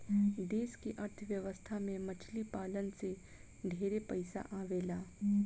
देश के अर्थ व्यवस्था में मछली पालन से ढेरे पइसा आवेला